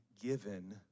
given